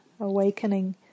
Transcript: awakening